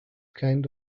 kind